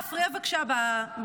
אפשר לא להפריע בבקשה בנאומים?